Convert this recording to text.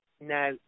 now